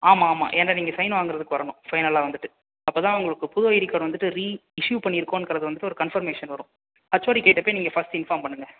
ஆமாம் ஆமாம் ஏன்னா நீங்கள் சைன்னு வாங்குறதுக்கு வரணும் ஃபைனல்லாக வந்துவிட்டு அப்போ தான் உங்களுக்கு புது ஐடி கார்டு வந்துவிட்டு ரீ இஸ்ஸு பண்ணி இருக்கோங்குறது வந்துவிட்டு ஒரு கன்ஃபர்மேஷன் வரும் எச்ஓடி கிட்ட போய் நீங்கள் ஃபர்ஸ்ட்டு இன்ஃபார்ம் பண்ணுங்கள்